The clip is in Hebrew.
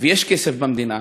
ויש כסף במדינה,